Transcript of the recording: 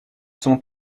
sont